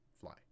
fly